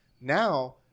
Now